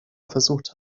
versucht